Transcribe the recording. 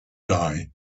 die